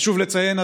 חשוב לציין,